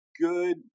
good